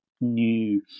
new